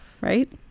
Right